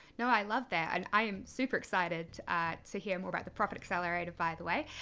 no, i love that, and i am super excited to hear more about the profit accelerator, by the way,